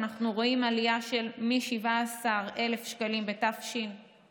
ואנחנו רואים עלייה מ-17,000 שקלים בתשע"ב